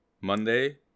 Monday